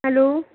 hello